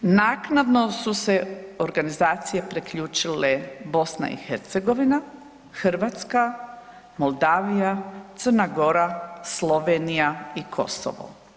Naknadno su se organizacije priključile BiH, Hrvatska, Moldavija, Crna Gora, Slovenija i Kosovo.